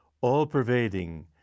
all-pervading